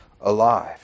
alive